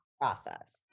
process